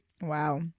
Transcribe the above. Wow